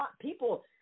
People